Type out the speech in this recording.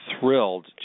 thrilled